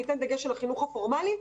אני אתן דגש על החינוך הפורמלי,